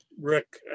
Rick